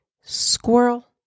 Squirrel